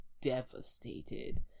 devastated